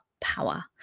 power